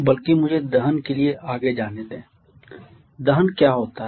बल्कि मुझे दहन के लिए आगे जाने दें दहन क्या होता है